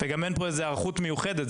אין כאן היערכות מיוחדת,